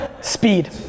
Speed